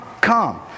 come